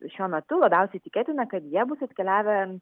šiuo metu labiausiai tikėtina kad jie bus atkeliavę